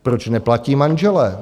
Proč neplatí manželé?